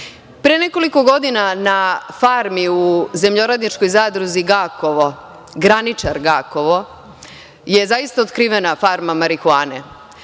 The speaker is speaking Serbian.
još. Pre nekoliko godina na farmi u zemljoradničkoj zadruzi Gakovo, Graničar Gakovo, je zaista otkrivena farma marihuane.